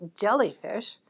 jellyfish